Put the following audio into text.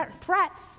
threats